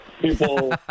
People